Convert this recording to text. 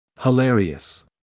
Hilarious